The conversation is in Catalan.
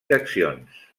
direccions